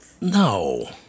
No